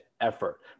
effort